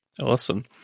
Awesome